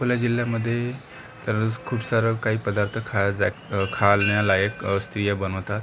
अकोला जिल्ह्यामध्ये तर खूप सारं काही पदार्थ खायचं खाण्यालायक अस्तीया बनवतात